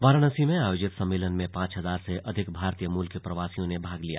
वाराणसी में आयोजित सम्मेलन में पांच हजार से अधिक भारतीय मूल के प्रवासियों ने भाग लिया